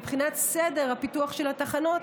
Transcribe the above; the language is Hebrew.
מבחינת סדר הפיתוח של התחנות,